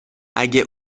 اگه